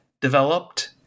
developed